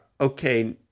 Okay